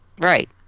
Right